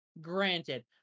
granted